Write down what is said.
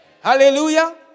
Hallelujah